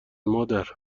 مادر